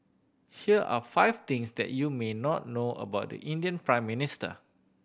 here are five things that you may not know about the Indian Prime Minister